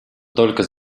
только